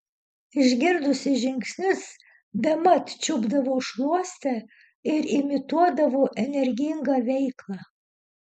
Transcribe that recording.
išgirdusi žingsnius bemat čiupdavau šluostę ir imituodavau energingą veiklą